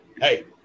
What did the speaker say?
hey